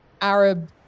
Arab